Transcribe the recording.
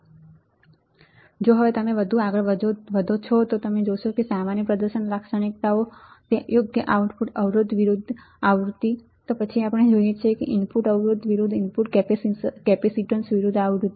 જો તમે વધુ આગળ વધો છો તો હા જો તમે વધુ આગળ વધો તો આપણે જે સામાન્ય પ્રદર્શન લાક્ષણિકતાઓ જોઈએ છીએ તે યોગ્ય આઉટપુટ અવરોધ વિરુદ્ધ આવૃતિ તો પછી આપણે જોઈએ છીએ ઇનપુટ અવરોધ વિરુદ્ધ ઇનપુટ કેપેસીટન્સ વિરુદ્ધ આવૃતિ